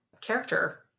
character